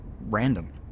random